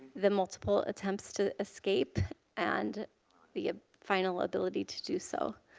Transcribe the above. the multiple attempts to escape and the final ability to do so.